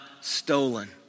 stolen